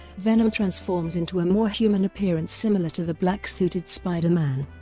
venom transforms into a more human appearance similar to the black-suited spider-man.